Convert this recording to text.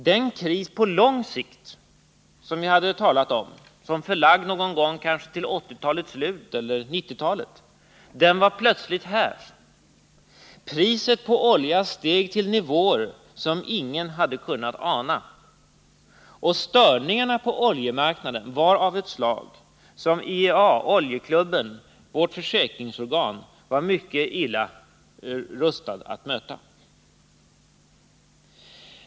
Den kris på lång sikt som vi hade talat om såsom förlagd till kanske någon gång på 1980-talets slut eller 1990-talet var plötsligt här. Priset på olja steg till nivåer som ingen hade kunnat ana. Och störningen på oljemarknaden var av ett slag som IEA, oljeklubben, vårt försäkringsorgan, var mycket illa rustad att möta.